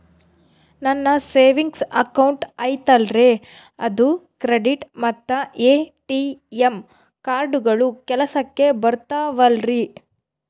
ನನ್ನ savings account ಐತಲ್ರೇ ಅದು ಕ್ರೆಡಿಟ್ ಮತ್ತ ಎ.ಟಿ.ಎಂ ಕಾರ್ಡುಗಳು ಕೆಲಸಕ್ಕೆ ಬರುತ್ತಾವಲ್ರಿ?